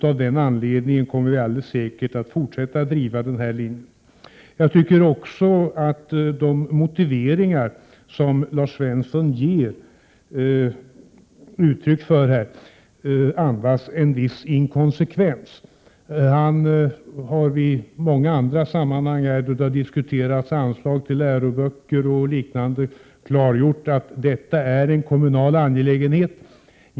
Av den anlednigen kommer vi alldeles säkert att fortsätta driva De motiveringar Lars Svensson ger uttryck för här andas en viss inkonsekvens. Han har i många andra sammanhang, då det har diskuterats anslag till läroböcker m.m., klargjort att det är en kommunal angelägenhet.